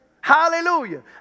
Hallelujah